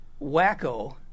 wacko